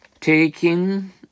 taking